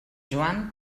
joan